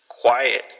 quiet